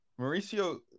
Mauricio